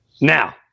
Now